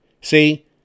See